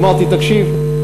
אמרתי: תקשיב,